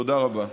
תודה רבה.